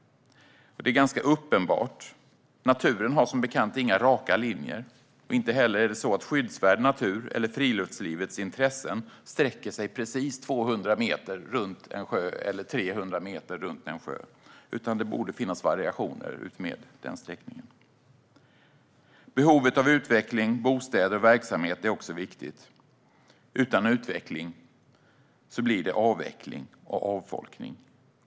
Det är ganska uppenbart. Naturen har som bekant inga raka linjer, och det är inte heller så att skyddsvärd natur eller friluftslivets intressen sträcker sig precis 200 eller 300 meter runt en sjö. Det borde finnas variationer utmed den sträckningen. Behovet av utveckling, bostäder och verksamhet är också viktigt. Utan utveckling blir det avveckling och avfolkning.